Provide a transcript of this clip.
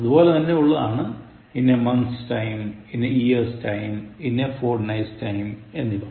അതുപോലെ തന്നെ ഉള്ളതാണ് in a month's time in a year's time in a fortnight's time എന്നിവ